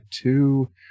two